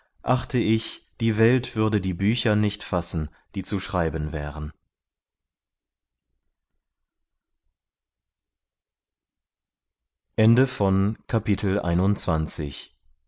achte ich die welt würde die bücher nicht fassen die zu schreiben wären